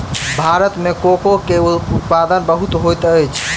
भारत में कोको के उत्पादन बहुत होइत अछि